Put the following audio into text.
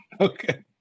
Okay